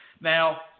Now